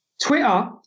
Twitter –